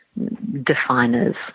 definers